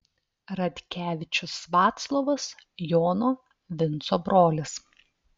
radkevičius vaclovas jono vinco brolis